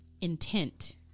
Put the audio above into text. intent